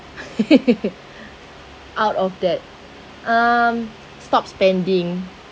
out of debt um stop spending